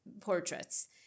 portraits